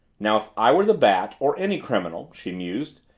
now if i were the bat, or any criminal, she mused,